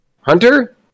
hunter